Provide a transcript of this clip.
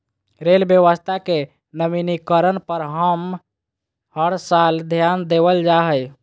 rail व्यवस्था के नवीनीकरण पर हर साल ध्यान देवल जा हइ